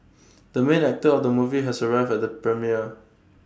the main actor of the movie has arrived at the premiere